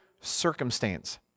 circumstance